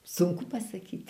sunku pasakyti